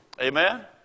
Amen